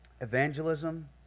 Evangelism